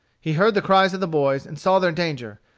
he heard the cries of the boys and saw their danger.